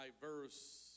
diverse